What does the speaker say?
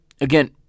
again